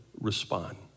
respond